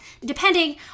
depending